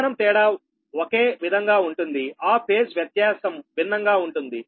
పరిమాణం తేడా ఒకే విధంగా ఉంటుంది ఆ ఫేజ్ వ్యత్యాసం భిన్నంగా ఉంటుంది